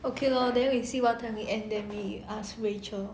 okay lor then we see what time we end then we ask rachel